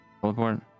teleport